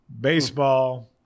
Baseball